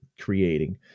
creating